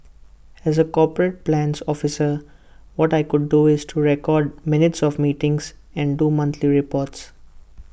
as A corporate plans officer what I could do is to record minutes of meetings and do monthly reports